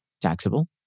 taxable